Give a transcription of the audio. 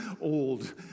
old